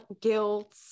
guilt